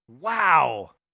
Wow